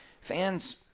Fans